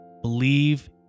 Believe